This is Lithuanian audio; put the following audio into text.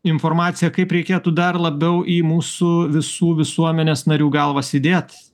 informaciją kaip reikėtų dar labiau į mūsų visų visuomenės narių galvas įdėt